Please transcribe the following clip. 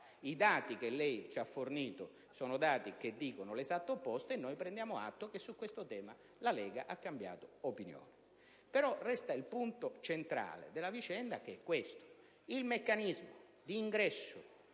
I dati che lei ci ha fornito dicono infatti l'esatto opposto, e noi prendiamo atto che su questo tema la Lega ha cambiato opinione. Resta però il punto centrale della vicenda, che è il meccanismo d'ingresso